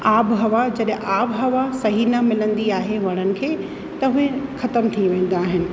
आबहवा जॾहिं आबहवा सही न मिलंदी आहे वणनि खे त उहे ख़तम थी वेंदा आहिनि